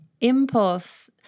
impulse